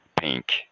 pink